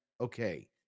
Okay